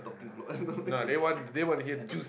talking a lot